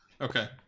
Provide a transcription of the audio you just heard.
Okay